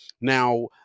Now